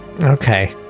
Okay